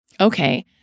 Okay